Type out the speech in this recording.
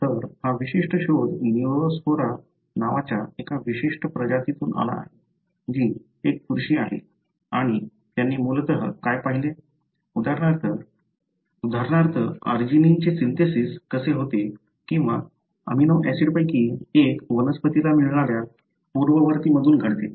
तर हा विशिष्ट शोध न्यूरोस्पोरा नावाच्या एका विशिष्ट प्रजातीतून आला आहे जी एक बुरशी आहे आणि त्यांनी मूलतः काय पाहिले उदाहरणार्थ आर्जिनिनचे सिन्थेसिस कसे होते किंवा अमीनो ऍसिडपैकी एक वनस्पतीला मिळणाऱ्या पूर्ववर्तीं मधून घडते